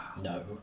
No